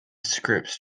scripts